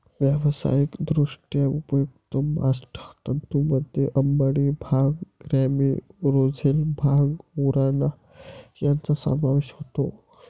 व्यावसायिकदृष्ट्या उपयुक्त बास्ट तंतूंमध्ये अंबाडी, भांग, रॅमी, रोझेल, भांग, उराणा यांचा समावेश होतो